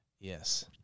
Yes